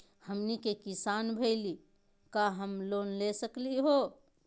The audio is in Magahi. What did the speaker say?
हमनी के किसान भईल, का हम लोन ले सकली हो?